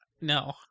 No